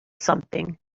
something